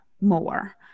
more